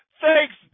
thanks